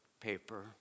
paper